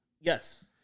Yes